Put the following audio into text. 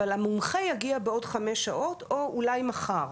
אבל המומחה יגיע בעוד חמש שעות או אולי מחר.